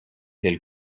del